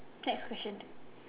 cats question